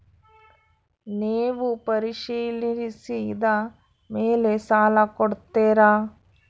ನೇವು ಪರಿಶೇಲಿಸಿದ ಮೇಲೆ ಸಾಲ ಕೊಡ್ತೇರಾ?